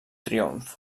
triomf